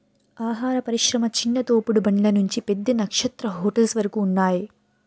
ఆహార పరిశ్రమ చిన్న తోపుడు బండ్ల నుంచి పెద్ద నక్షత్ర హోటల్స్ వరకు ఉన్నాయ్